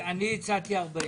אני הצעתי 40%,